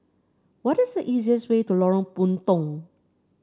what is the easiest way to Lorong Puntong